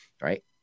right